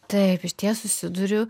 taip išties susiduriu